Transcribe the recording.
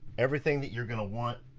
everything that you're gonna want